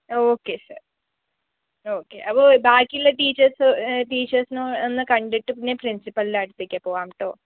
ആ okay sir okay അപ്പോൾ ബാക്കിയുള്ള ടീച്ചേഴ്സ് ടീച്ചേഴ്സിനോ ഒന്ന് കണ്ടിട്ട് പിന്നെ പ്രിൻസിപ്പൽൻ്റെ അടുത്തേക്ക് പോകാം കെട്ടോ